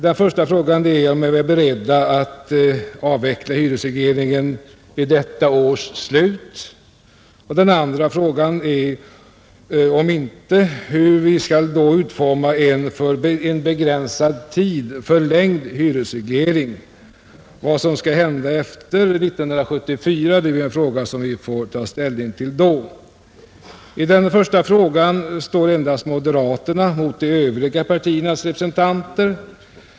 Den första frågan är om vi är beredda att avveckla hyresregleringen vid detta års slut, och den andra frågan är: om inte, hur vi då skall utforma en för begränsad tid förlängd hyresreglering. Vad som skall hända efter 1974 är en fråga som vi får ta ställning till då. I den första frågan står endast moderaterna mot de övriga partiernas representanter.